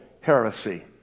heresy